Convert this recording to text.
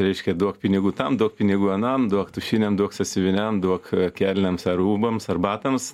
reiškia duok pinigų tam duok pinigų anam duok tušiniam duok sąsiuviniam duok kelnėms ar rūbams ar batams